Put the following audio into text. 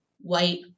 white